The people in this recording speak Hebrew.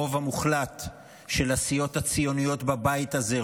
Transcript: הרוב המוחלט של הסיעות הציוניות בבית הזה,